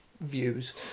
views